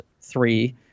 three